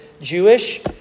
Jewish